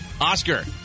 Oscar